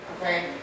Okay